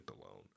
alone